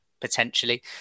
Potentially